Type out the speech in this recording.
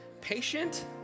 patient